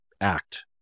act